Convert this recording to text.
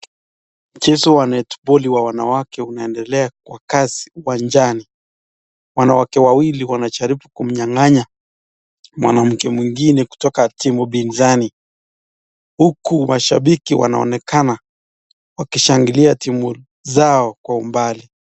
Mchezo wa neti boli ya wanawake unaendelea kwa kasi uwanjani. Wanawake wawili wanajaribu kumnyang'anya mwanamke mwingine kutoka timu pinzani uku washambiki wanaonekana wakishangilia timu zao kwa umbali.